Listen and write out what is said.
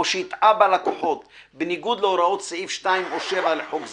או שהטעה בה לקוחות בניגוד להוראות סעיף 2 או 7 לחוק זה,